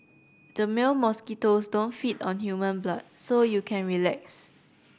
the male mosquitoes don't feed on human blood so you can relax